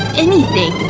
anything.